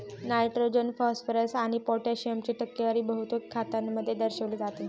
nitrogen, phosphorus आणि पोटॅशियमची टक्केवारी बहुतेक खतांमध्ये दर्शविली जाते